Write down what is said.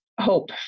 hope